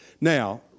Now